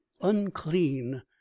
unclean